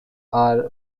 are